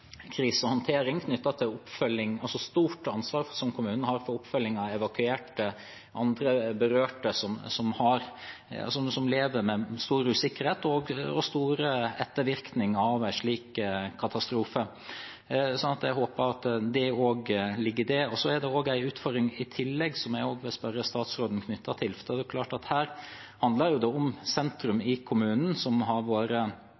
og til oppfølging. Kommunen har et stort ansvar for oppfølging av evakuerte og andre berørte som lever med stor usikkerhet og store ettervirkninger av en slik katastrofe. Jeg håper at dette også ligger i det. I tillegg er det en utfordring knyttet til dette, som jeg vil spørre statsråden om. Det er klart at her handler det om sentrum i kommunen, som har vært